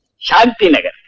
shantinagar.